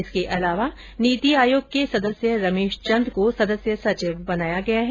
इसके अलावा नीति आयोग के सदस्य रमेश चन्द को सदस्य सचिव बनाया गया है